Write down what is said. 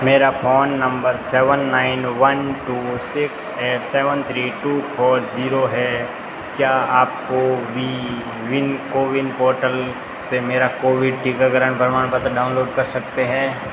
मेरा phone number seven nine one two six eight seven three two four zero है क्या आप CoWIN CoWIN portal से मेरा कोविड टीकाकरण प्रमाणपत्र डाउनलोड कर सकते हैं